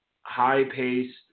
high-paced